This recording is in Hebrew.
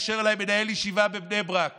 התקשר אליי מנהל ישיבה בבני ברק